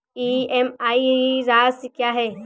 EMI राशि क्या है?